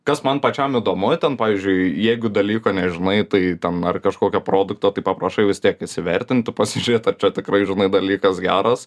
kas man pačiam įdomu ten pavyzdžiui jeigu dalyko nežinai tai ten ar kažkokio produkto paprašai vis tiek įsivertint tu pasižiūrėt ar čia tikrai žinai dalykas geras